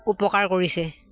উপকাৰ কৰিছে